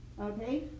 Okay